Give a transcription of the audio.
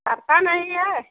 आपका नहीं है